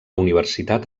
universitat